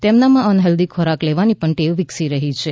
તેમનામાં અનહેલ્ધી ખોરાક લેવાની પણ ટેવ વિકસી રહી છે